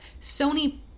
Sony